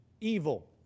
evil